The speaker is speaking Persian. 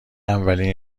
اولین